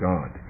God